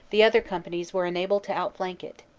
the other companies were enabled to outflank it,